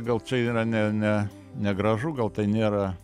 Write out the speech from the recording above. gal čia yra ne ne negražu gal tai nėra